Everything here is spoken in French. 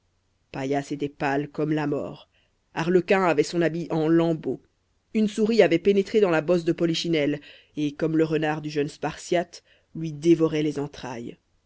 paillasse était pâle comme la mort arlequin avait son habit en lambeaux une souris avait pénétré dans la bosse de polichinelle et comme le renard du jeune spartiate lui dévorait les entrailles